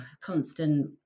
constant